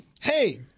Hey